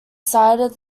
cited